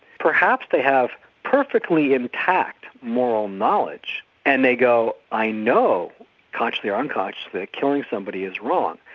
perhaps they have perfectly intact moral knowledge and they go i know consciously or unconsciously killing somebody is wrong.